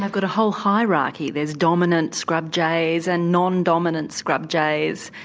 they've got a whole hierarchy, there's dominant scrub jays and non-dominant scrub jays,